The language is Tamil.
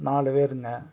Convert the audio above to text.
நாலு பேருங்க